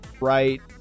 right